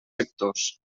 sectors